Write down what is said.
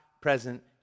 present